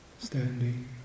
standing